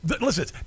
listen